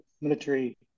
military